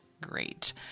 great